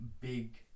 big